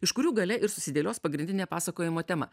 iš kurių gale ir susidėlios pagrindinė pasakojimo tema